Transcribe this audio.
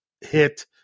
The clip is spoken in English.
hit